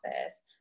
office